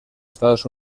estados